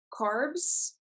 Carbs